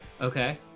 Okay